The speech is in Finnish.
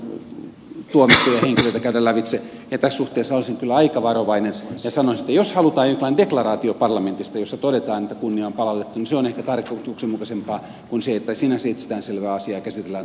tässä suhteessa olisin kyllä aika varovainen ja sanoisin että jos halutaan jonkinlainen deklaraatio parlamentista jossa todetaan että kunnia on palautettu niin se on ehkä tarkoituksenmukaisempaa kuin se että sinänsä itsestään selvää asiaa käsitellään tuomioistuimessa